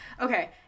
Okay